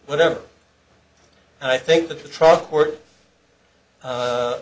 whatever i think the